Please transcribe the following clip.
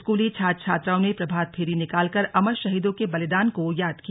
स्कूली छात्र छात्राओं ने प्रभात फेरी निकाल कर अमर शहीदों के बलिदान को याद किया